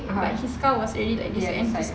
(uh huh) the other side